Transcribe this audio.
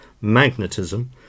magnetism